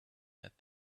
that